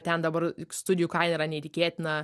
ten dabar studijų kaina yra neįtikėtina